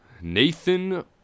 Nathan